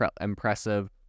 impressive